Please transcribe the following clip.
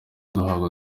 duhabwa